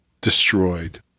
destroyed